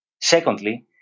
Secondly